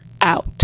out